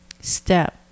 step